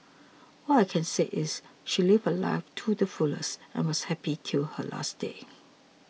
all I can say is she lived her life too the fullest and was happy till her last day